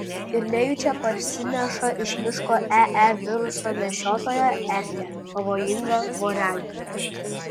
ir nejučia parsineša iš miško ee viruso nešiotoją erkę pavojingą voragyvį